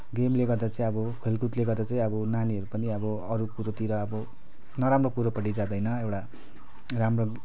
गेमले गर्दा चाहिँ अब खेलकुदले गर्दा चाहिँ अब नानीहरू पनि अब अरू कुरोतिर अब नराम्रो कुरोपट्टि जाँदैन एउटा राम्रो